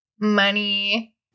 money